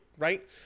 Right